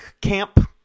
camp